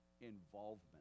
involvement